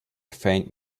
faint